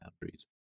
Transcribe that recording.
boundaries